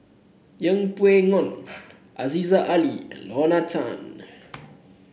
Yeng Pway Ngon Aziza Ali and Lorna Tan